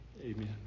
amen